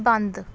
ਬੰਦ